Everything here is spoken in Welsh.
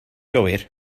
gywir